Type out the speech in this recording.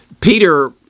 Peter